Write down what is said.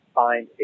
find